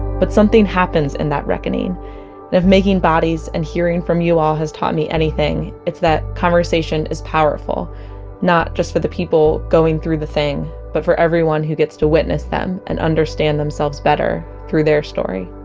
but something happens in that reckoning and if making bodies and hearing from you all has taught me anything it's that conversation is powerful not just for the person going through the thing, but for everyone who gets to witness them and understand themselves better through their story